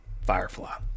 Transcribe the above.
Firefly